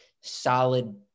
solid